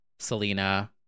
Selena